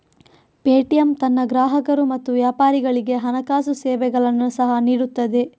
Paytm ತನ್ನ ಗ್ರಾಹಕರು ಮತ್ತು ವ್ಯಾಪಾರಿಗಳಿಗೆ ಹಣಕಾಸು ಸೇವೆಗಳನ್ನು ಸಹ ನೀಡುತ್ತದೆ